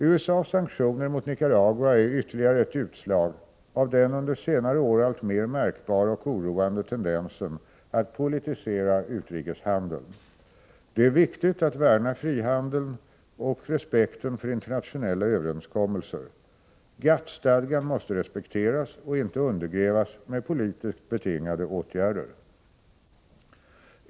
USA:s sanktioner mot Nicaragua är ytterligare ett utslag av den under senare år alltmer märkbara och oroande tendensen att politisera utrikeshandeln. Det är viktigt att värna frihandeln och respekten för internationella överenskommelser. GATT-stadgan måste respekteras och inte undergrävas med politiskt betingade åtgärder.